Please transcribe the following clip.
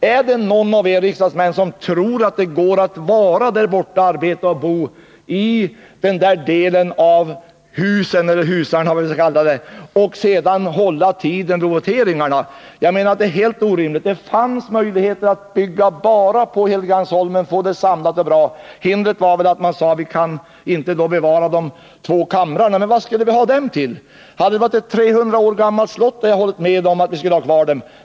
Är det någon av er riksdagsmän som tror att det går att arbeta och bo i den där delen av husen — eller husarna, hur vi nu skall kalla det — och samtidigt hålla tiden vid voteringarna? Enligt min mening är det helt omöjligt. Det fanns möjligheter att bygga allt på Helgeandsholmen. Hindret var väl att vi då inte hade kunnat bevara de två kamrarna. Men vad skall vi ha dem till? Hade det varit ett 300 år gammalt slott, hade jag kunnat hålla med om att vi borde ha bevarat det.